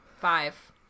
Five